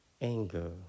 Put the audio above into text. anger